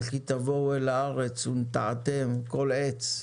"וכי תבואו אל הארץ ונטעתם כל עץ",